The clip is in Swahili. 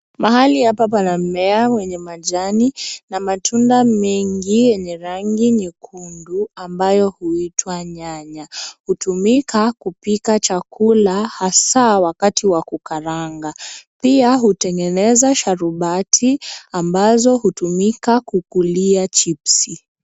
Mahali hapa bana mmea wenye majani na matunda mengine yenye rangi nyekundu ambayo huitwa nyanya. Hutumika kupika chakula hasa wakati wa kukaranga pia hutengenezwa sharubati ambazo hutumika kukulia chipsi.